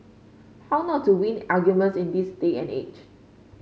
how not to win arguments in this day and age